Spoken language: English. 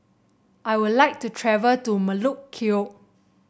I would like to travel to Melekeok